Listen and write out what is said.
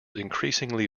increasingly